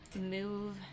move